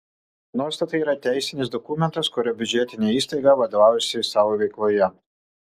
nuostatai yra teisinis dokumentas kuriuo biudžetinė įstaiga vadovaujasi savo veikloje